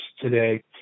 today